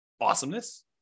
Awesomeness